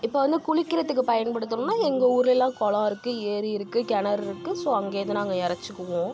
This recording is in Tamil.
இப்போ வந்து குளிக்கிறதுக்கு பயன்படுத்தணும்னா எங்கள் ஊரில் எல்லாம் குளம் இருக்கு ஏரி இருக்கு கிணறு இருக்கு ஸோ அங்கே இருந்து நாங்கள் இறச்சிக்குவோம்